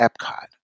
Epcot